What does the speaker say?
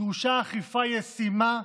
דרושה אכיפה ישימה,